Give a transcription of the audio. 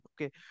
Okay